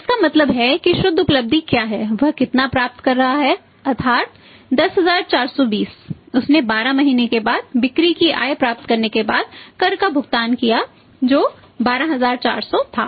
तो इसका मतलब है कि शुद्ध उपलब्धि क्या है वह कितना प्राप्त कर रहा है अर्थात 10420 उसने 12 महीने के बाद बिक्री की आय प्राप्त करने के बाद कर का भुगतान किया जो 12400 था